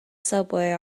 subway